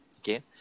Okay